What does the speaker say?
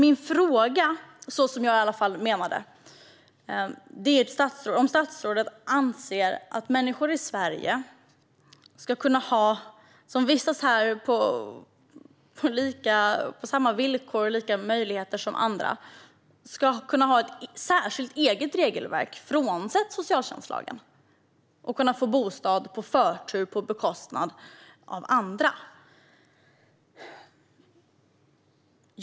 Min fråga, så som jag menade den, är: Anser statsrådet att människor i Sverige som vistas här på samma villkor och med likadana möjligheter som andra ska ha ett särskilt eget regelverk utanför socialtjänstlagen och kunna få bostad genom förtur på bekostnad av andra?